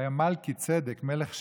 שהיה מלכיצדק מלך שלם,